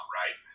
right